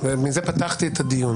ומזה פתחתי את הדיון